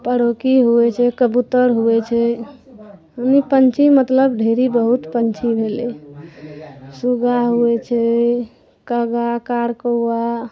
पौड़की होइ छै कबुत्तर होइ छै ओहिमे पक्षी मतलब ढेरी बहुत पक्षी भेलै सुगा होइ छै कागा कार कौआ